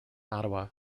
ottawa